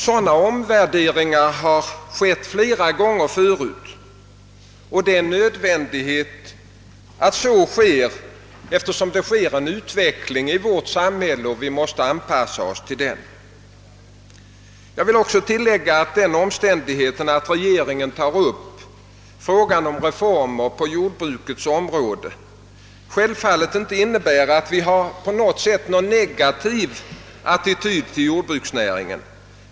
Sådana omvärderingar har gjorts flera gånger förut, och det är en nödvändighet att så sker, eftersom en utveckling pågår inom vårt samhälle och vi måste anpassa oss till denna. Jag vill också tillägga att den omständigheten ait regeringen tar upp frågan om reformer på jordbrukets område självfallet inte innebär att vi på något sätt har någon negativ attityd till jordbruksnäringen.